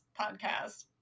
podcast